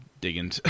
digging